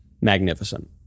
magnificent